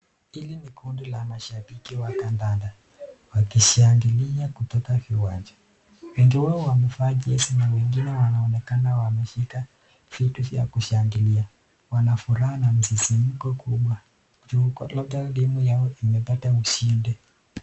Hili ni kundi la mashabiki wa kandanda wakishangilia kutoka viwanja . Wengi wao wamevaa "Jersey" na wengine wanaonekana wameshika vitu vya kushangilia ,wana furaha na msisimko kubwa .Juu labda timu yao imepata ushindi.